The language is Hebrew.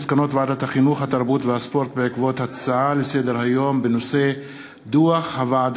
לקריאה שנייה ולקריאה